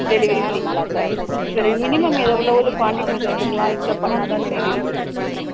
delivery ஃபிரீங்களா sir சரி minimum எவ்வளோவாது குவாண்ட்டிடீஸ் இருக்குங்களா இவ்வளோ பண்ணால்தான் நீங்கள் டெலிவரி கொடுக்க முடியும்